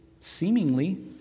seemingly